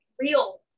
real